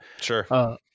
sure